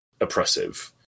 oppressive